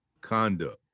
conduct